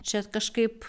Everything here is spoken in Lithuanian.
čia kažkaip